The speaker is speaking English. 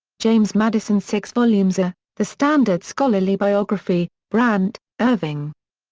james madison. six volumes, ah the standard scholarly biography brant, irving.